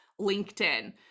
LinkedIn